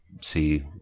see